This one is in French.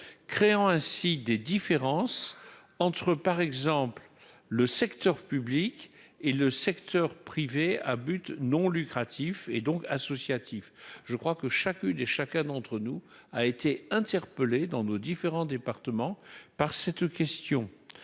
créant ainsi des différences entre par exemple le secteur public et le secteur privé à but non lucratif et donc associatif, je crois que chacune et chacun d'entre nous, a été interpellé dans nos différents départements par cette question